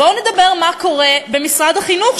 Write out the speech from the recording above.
בואו נדבר מה קורה במשרד החינוך,